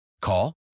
Call